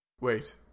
Wait